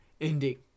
ending